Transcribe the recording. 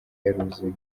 yaruzuye